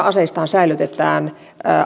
aseistahan säilytetään